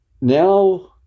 now